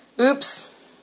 Oops